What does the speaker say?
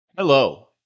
Hello